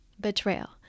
Betrayal